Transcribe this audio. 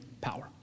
power